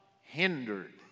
hindered